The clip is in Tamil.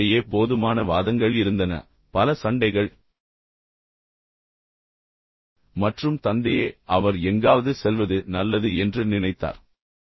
அவர்களுக்கிடையே போதுமான வாதங்கள் இருந்தன பல சண்டைகள் மற்றும் தந்தையே அவர் எங்காவது செல்வது நல்லது என்று நினைத்தார்